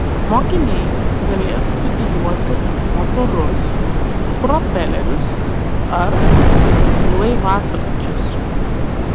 mokiniai galės studijuoti motorus propelerius ar laivasraigčius